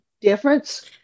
difference